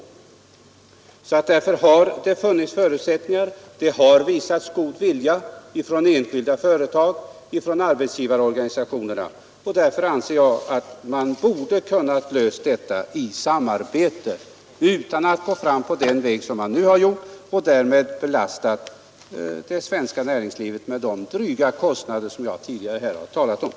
Det har visats god vilja från enskilda företag och från arbetsgivarorganisationerna, och förutsättningar har funnits för att lösa undervisningen i samarbete, utan att gå fram på den väg som man nu gjort och utan att belasta det svenska näringslivet med de dryga kostnader som nu blir följden.